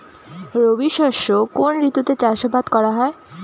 রবি শস্য কোন ঋতুতে চাষাবাদ করা হয়?